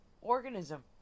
organism